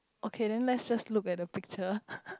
okay then just look at the picture